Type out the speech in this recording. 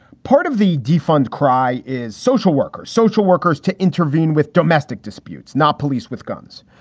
part of the defund cry is social worker, social workers to intervene with domestic disputes, not police with guns.